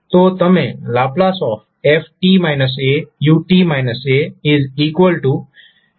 તો તમે ℒ fu 0fue stdt a0 મેળવશો